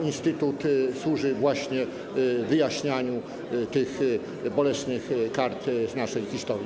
Instytut służy właśnie wyjaśnianiu tych bolesnych kart z naszej historii.